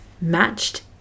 Matched